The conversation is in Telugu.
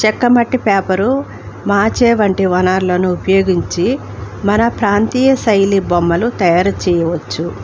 చెక్కమట్టి పేపరు మాచే వంటి వనరులను ఉపయోగించి మన ప్రాంతీయ శైలి బొమ్మలు తయారు చేయవచ్చు